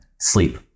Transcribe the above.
Sleep